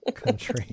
Country